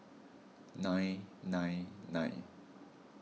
nine nine nine